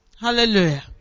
Hallelujah